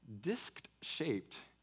disc-shaped